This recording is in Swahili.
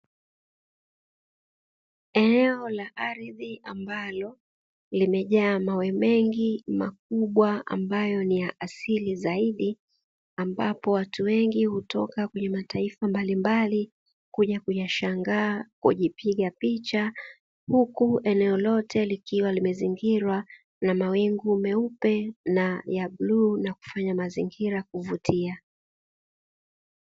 Eneo la ardhi ambalo limejaa mawe mengi makubwa ambayo ni ya asili zaidi. Ambapo watu wengi hutoka kwenye mataifa mbalimbali kuja kuyashangaa, kujipiga picha. Huku eneo lote likiwa limezingirwa na mawingu meupe na ya bluu na kufanya mazingira kuvutia.